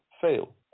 fail